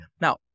Now